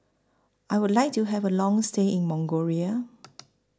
I Would like to Have A Long stay in Mongolia